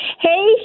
Hey